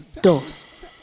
Dos